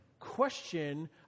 question